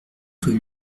rue